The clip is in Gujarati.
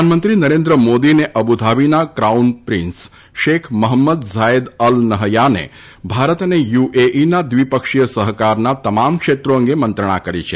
પ્રધાનમંત્રી નરેન્દ્ર મોદી અને અબુધાબીના crown prince Sheikh Mohammed Zayed Al નહયાને ભારત અને યુએઇના દ્વિપક્ષીય સહકારના તમામ ક્ષેત્રો અંગે મંત્રણા કરી છે